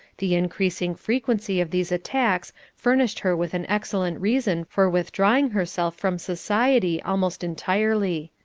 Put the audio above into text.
the increasing frequency of these attacks furnished her with an excellent reason for withdrawing herself from society almost entirely.